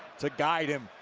to guide him,